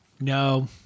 No